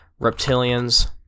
Reptilians